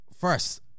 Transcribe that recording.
first